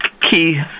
key